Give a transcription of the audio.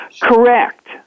Correct